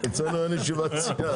אצלנו אין ישיבת סיעה.